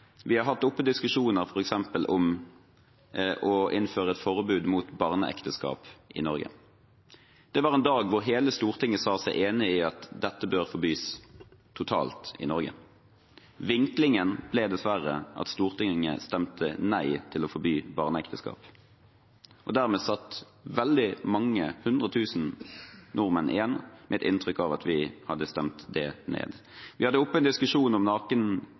Vi har hatt diskusjoner f.eks. om å innføre et forbud mot barneekteskap i Norge. Det var en dag da hele Stortinget sa seg enig i at dette bør forbys totalt i Norge. Vinklingen ble dessverre at Stortinget stemte nei til å forby barneekteskap, og dermed satt mange hundretusen nordmenn igjen med et inntrykk av at vi hadde stemt det ned. Vi hadde en diskusjon om